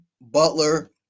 Butler